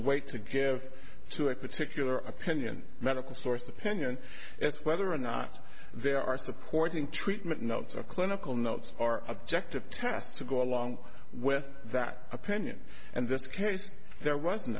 weight to give to a particular opinion medical sources opinion as to whether or not they are supporting treatment notes or clinical notes or objective tests to go along with that opinion and this case there was